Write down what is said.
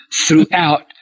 throughout